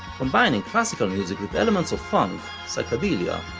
combining classical music with elements of funk, psychedelia,